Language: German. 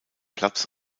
platz